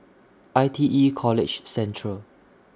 I T E College Central